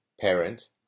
parent